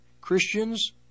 Christians